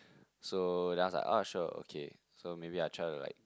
so then I was like ah sure okay so maybe I try to like